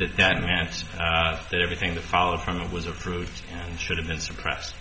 that that nancy that everything that followed from it was approved and should have been suppressed